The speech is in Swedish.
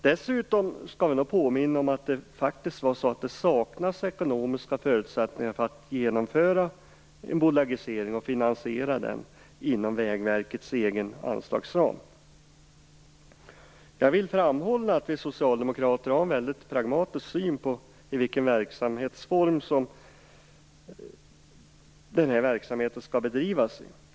Dessutom skall jag påminna om att det faktiskt saknas ekonomiska förusättningar för att genomföra en bolagisering och finansiera den inom Jag vill framhålla att vi socialdemokrater har en väldigt pragmatisk syn på i vilken form som den här verksamheten skall bedrivas.